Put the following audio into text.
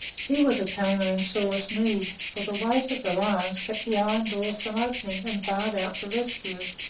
here was a tamer in sorest need, for the weight of the lions kept the iron doors from opening and barred out the rescuers.